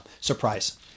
surprise